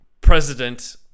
President